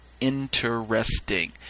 Interesting